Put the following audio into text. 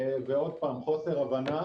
ועוד פעם,